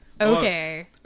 okay